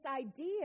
idea